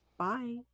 Bye